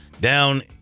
down